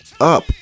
up